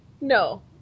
No